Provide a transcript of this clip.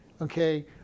Okay